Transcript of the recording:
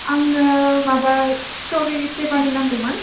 आंनो माबा स्ट्रबेरि फ्लेबारनि नांगौमोन